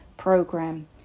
Program